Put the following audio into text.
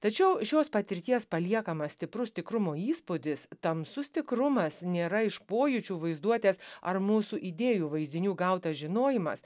tačiau šios patirties paliekamas stiprus tikrumo įspūdis tamsus tikrumas nėra iš pojūčių vaizduotės ar mūsų idėjų vaizdinių gautas žinojimas